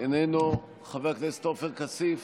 איננו, חבר הכנסת עופר כסיף,